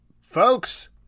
folks